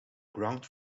ground